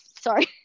Sorry